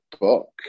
book